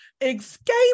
Escape